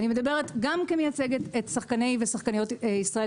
אני מדברת גם כמייצגת את שחקני ושחקניות ישראל,